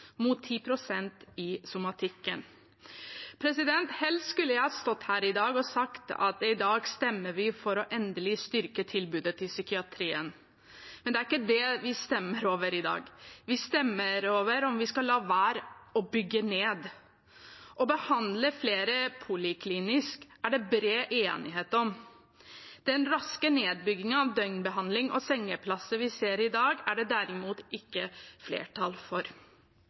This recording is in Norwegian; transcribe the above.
mot 10 pst. i somatikken. Helst skulle jeg ha stått her i dag og sagt at i dag stemmer vi for endelig å styrke tilbudet til psykiatrien. Men det er ikke det vi stemmer over i dag, vi stemmer over om vi skal la være å bygge ned. Å behandle flere poliklinisk er det bred enighet om. Den raske nedbyggingen av døgnbehandling og sengeplasser vi ser i dag, er det derimot ikke flertall for.